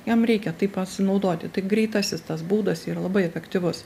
jam reikia tai pasinaudoti tai greitasis tas būdas yra labai efektyvus